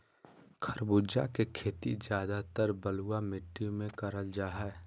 खरबूजा के खेती ज्यादातर बलुआ मिट्टी मे करल जा हय